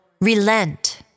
relent